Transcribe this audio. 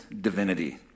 divinity